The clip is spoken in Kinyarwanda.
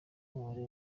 umubare